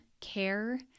care